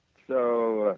so ah